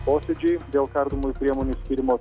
posėdžiai dėl kardomųjų priemonių skyrimo